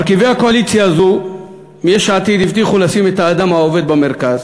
מרכיבי הקואליציה הזו מיש עתיד הבטיחו לשים את האדם העובד במרכז,